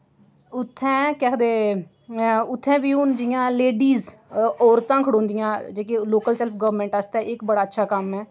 उत्थै केह् आखदे उत्थै बी हुन जि'यां लेडी औरतां खडोंदियां जेह्की लोकल सैल्फ गवर्नमैंट आस्तै इक बड़ा अच्छा कम्म ऐ